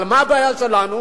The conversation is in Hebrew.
אבל מה הבעיה שלנו